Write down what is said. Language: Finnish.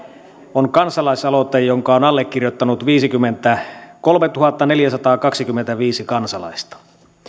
on kansalaisaloite jonka on allekirjoittanut viisikymmentäkolmetuhattaneljäsataakaksikymmentäviisi kansalaista